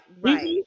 right